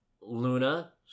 luna